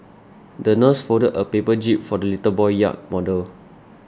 the nurse folded a paper jib for the little boy yacht model